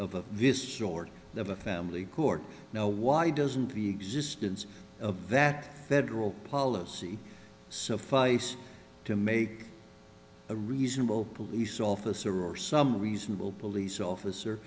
of this short of a family court now why doesn't the existence of that federal policy so face to make a reasonable police officer or some reasonable police officer